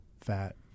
fat